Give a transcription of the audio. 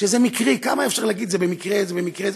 שזה מקרי, כמה אפשר להגיד: זה במקרה, זה במקרה?